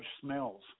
Smells